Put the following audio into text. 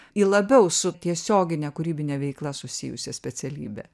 į labiau su tiesiogine kūrybine veikla susijusią specialybę